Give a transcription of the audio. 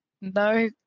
no